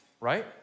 right